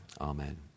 Amen